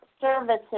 services